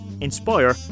inspire